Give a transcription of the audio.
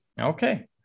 Okay